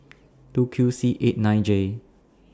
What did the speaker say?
two Q C eight nine J